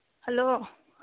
hello